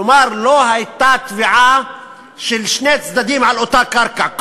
כלומר, לא הייתה תביעה של שני צדדים על אותה קרקע.